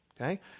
Okay